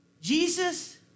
Jesus